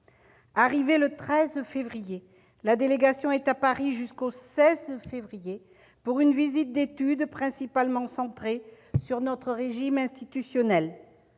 Arrivée le 13 février, la délégation est à Paris jusqu'au 16 février, pour une visite d'étude principalement centrée sur notre régime institutionnel.